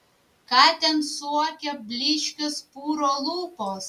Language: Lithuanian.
ką ten suokia blyškios puro lūpos